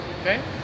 okay